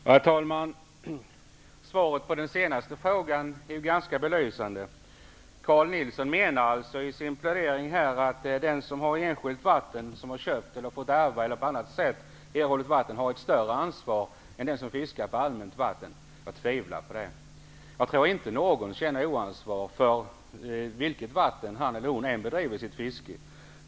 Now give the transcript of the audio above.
Herr talman! Svaret på den senaste frågan är ganska belysande. Carl G Nilsson menar alltså i sin plädering att den som har köpt, fått ärva eller på annat sätt har enskilt vatten har större ansvar än den som fiskar på allmänt vatten. Jag tvivlar på det. Jag tror inte att det finns någon som inte känner ansvar för det vatten där han eller hon bedriver sitt fiske.